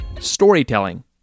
storytelling